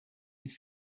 die